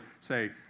say